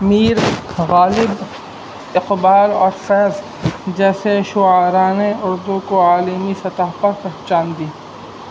میر غالد اقبال اور فیض جیسے شعرانے اردو کو عالمی سطح پرہ پہ چاندی